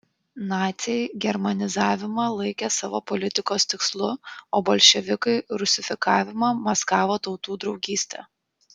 naciai germanizavimą laikė savo politikos tikslu o bolševikai rusifikavimą maskavo tautų draugyste